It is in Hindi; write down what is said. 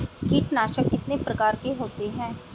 कीटनाशक कितने प्रकार के होते हैं?